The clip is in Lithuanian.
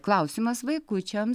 klausimas vaikučiams